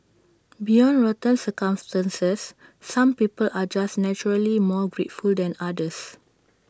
beyond rotten circumstances some people are just naturally more grateful than others